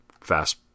fast